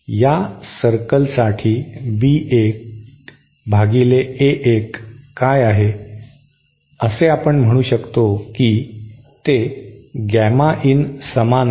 या सर्कलसाठी B 1 भागिले A 1 काय आहे असे आपण म्हणू शकतो की ते गॅमा इन समान आहे